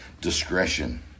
discretion